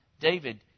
David